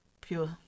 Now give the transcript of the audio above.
pure